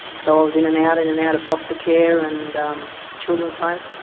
so i was in and out, in and out of foster care and um children's homes.